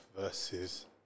versus